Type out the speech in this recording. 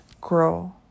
grow